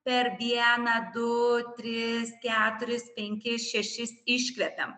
per dieną du tris keturis penkis šešis iškvepiam